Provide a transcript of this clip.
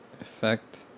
effect